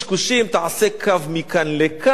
תעשה קו מכאן לכאן,